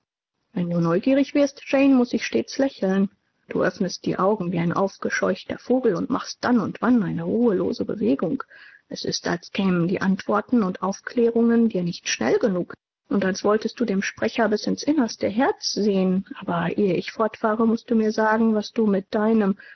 wenn du neugierig wirst jane muß ich stets lächeln du öffnest die augen wie ein aufgescheuchter vogel und machst dann und wann eine ruhelose bewegung es ist als kämen die antworten und aufklärungen dir nicht schnell genug und als wolltest du dem sprecher bis ins innerste herz sehen aber ehe ich fortfahre mußt du mir sagen was du mit deinem